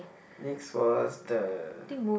next was the